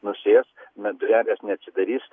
nusės na durelės neatsidarys